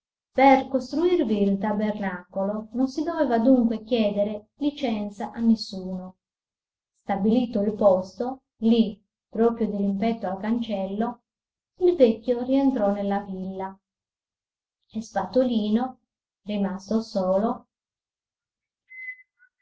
per costruirvi il tabernacolo non si doveva dunque chieder licenza a nessuno stabilito il posto lì proprio dirimpetto al cancello il vecchio rientrò nella villa e spatolino rimasto solo